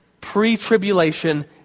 pre-tribulation